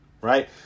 Right